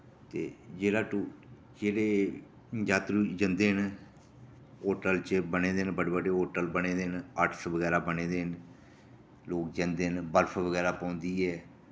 ते जेह्ड़ा टू जेह्ड़े जातरू जन्दे न होटल च बने दे न बड्डे बड्डे होटल बने दे न हट्स बगैरा बने दे न लोक जन्दे न बर्फ बगैरा पौंदी ऐ